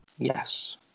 Yes